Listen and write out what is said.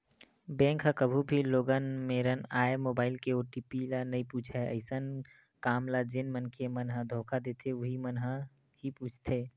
bank ह कभू भी लोगन मेरन आए मोबाईल के ओ.टी.पी ल नइ पूछय अइसन काम ल जेन मनखे मन ह धोखा देथे उहीं मन ह ही पूछथे